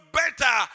better